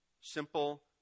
Simple